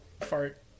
fart